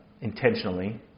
intentionally